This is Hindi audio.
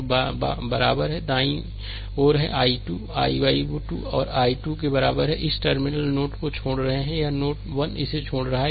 तो बराबर है दाईं ओर है कि i 2 i i 2 और i 2 के बराबर है ये इस टर्मिनल नोड 1 को छोड़ रहे हैं यह नोड 1 इसे छोड़ रहा है